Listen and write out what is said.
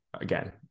again